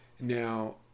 Now